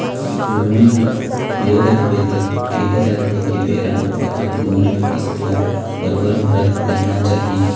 loan ले रहिबे त केहे जाथे के बेरा बखत लोन के किस्ती ल बरोबर भरत रहिना चाही